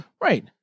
Right